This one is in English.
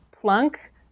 Plunk